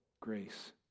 grace